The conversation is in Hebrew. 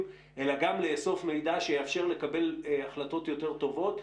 אלא גם לאסוף מידע שיאפשר לקבל החלטות יותר טובות,